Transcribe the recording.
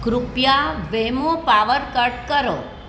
કૃપયા વેમો power cut કરો